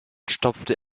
stopfte